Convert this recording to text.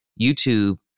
YouTube